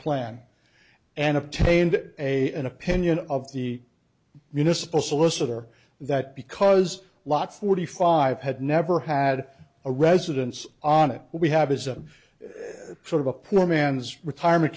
plan and obtained a opinion of the municipal solicitor that because a lot forty five had never had a residence on it we have is a sort of a poor man's retirement